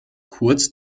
kurz